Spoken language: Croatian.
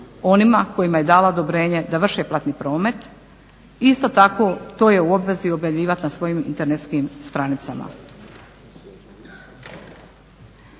onima kojima je dala odobrenje da vrše platni promet. Isto tako to je u obvezi objavljivati na svojim internetskim stranicama.